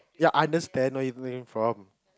ya I understand where you're coming from